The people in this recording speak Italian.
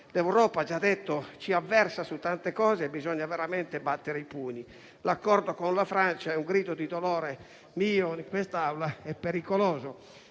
detto, ci avversa su tante cose e bisogna veramente battere i pugni. L'accordo con la Francia - è un mio grido di dolore in quest'Aula - è pericoloso,